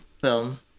film